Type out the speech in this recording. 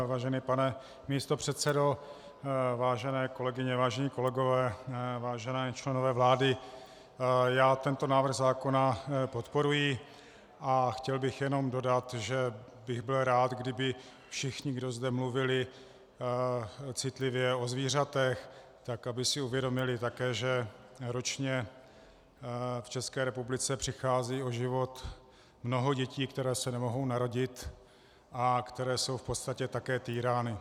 Vážený pane místopředsedo, vážené kolegyně, vážení kolegové, vážení členové vlády, já tento návrh zákona podporuji a chtěl bych jenom dodat, že bych byl rád, kdyby všichni, kdo zde mluvili citlivě o zvířatech, tak aby si uvědomili také, že ročně v České republice přichází o život mnoho dětí, které se nemohou narodit a které jsou v podstatě také týrány.